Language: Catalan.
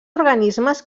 organismes